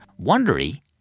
Wondery